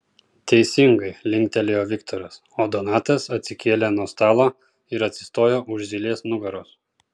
teisingai linktelėjo viktoras o donatas atsikėlė nuo stalo ir atsistojo už zylės nugaros